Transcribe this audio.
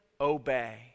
obey